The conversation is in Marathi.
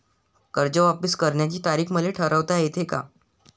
कर्ज वापिस करण्याची तारीख मले ठरवता येते का?